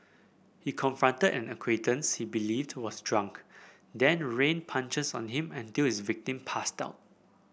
he confronted an acquaintance he believed was drunk then rained punches on him until his victim passed out